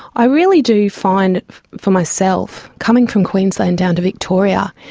i really do find for myself coming from queensland down to victoria,